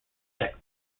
texas